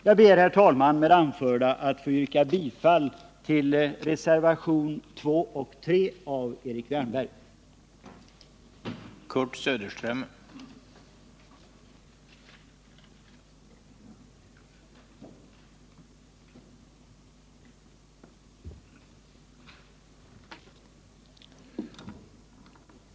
Med det anförda ber jag, herr talman, att få yrka bifall till reservationerna 2 och 3 av Erik Wärnberg m.fl.